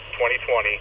2020